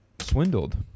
swindled